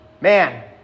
Man